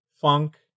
funk